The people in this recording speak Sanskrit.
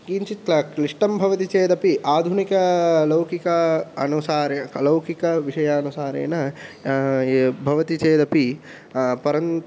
किञ्चिद् क्लिष्टं भवति चेदपि आधुनिक लौकिक अनुसारेण अलौकिकविषयानुसारेण भवति चेदपि परन्